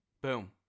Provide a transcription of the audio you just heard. Boom